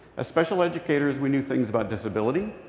as special educators, we knew things about disability.